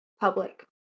public